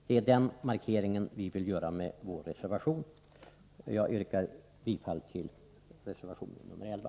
Det är den markeringen vi vill göra med vår reservation. Jag yrkar bifall till reservation nr 11.